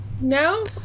No